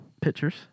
pictures